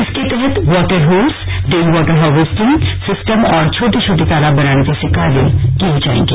इसके तहत water holes rain water harvesting system और छोटे छोटे तालाब बनाने जैसे कार्य किये जाएंगे